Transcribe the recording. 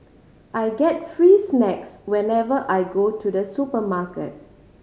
I get free snacks whenever I go to the supermarket